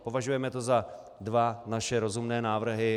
Považujeme to za dva naše rozumné návrhy.